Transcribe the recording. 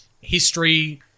History